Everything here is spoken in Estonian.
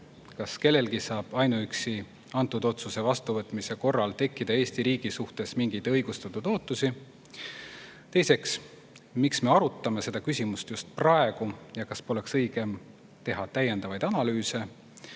Kas kellelgi saab ainuüksi antud otsuse vastuvõtmise korral tekkida Eesti riigi suhtes mingeid õigustatud ootusi? Teiseks: miks me arutame seda küsimust just praegu ja kas poleks õigem teha täiendavaid analüüse?